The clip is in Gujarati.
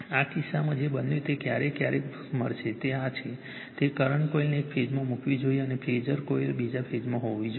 આ કિસ્સામાં જે બન્યું તે ક્યારેક ક્યારેક મળશે તે આ છે તે કરંટ કોઇલને એક ફેઝમાં મૂકવી જોઈએ અને ફેઝર કોઇલ બીજા ફેઝમાં જોડવી જોઈએ